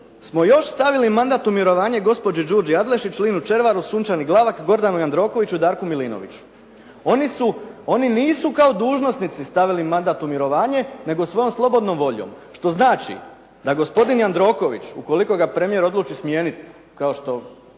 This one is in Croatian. smo još stavili mandat u mirovanje gospođi Đurđi Adlešič, Linu Červaru, Sunčani Glavak, Gordanu Jandrokoviću i Darku Milinoviću. Oni nisu kao dužnosnici stavili mandat u mirovanje, nego svojom slobodnom voljom, što znači da gospodin Jandroković, ukoliko ga premijer odluči smijeniti, kao što